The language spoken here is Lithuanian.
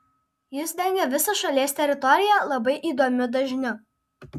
jis dengė visą šalies teritoriją labai įdomiu dažniu